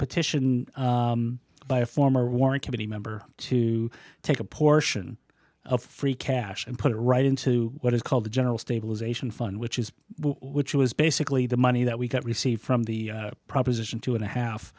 petition by a former warren committee member to take a portion of free cash and put it right into what is called the general stabilization fund which is which was basically the money that we got received from the proposition two and a half